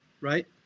Right